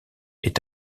est